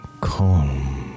Calm